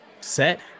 set